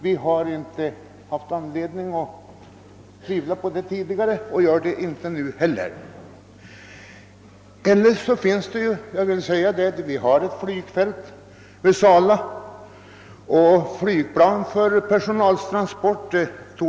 Vi har inte tidigare haft anledning att tvivla på detta och gör det inte heller nu. Jag vill emellertid säga att det finns ett flygfält i anslutning till Sala och att det torde vara möjligt att där sätta in ett flygplan för persontransport.